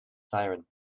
siren